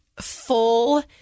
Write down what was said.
full